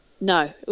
no